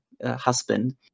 Husband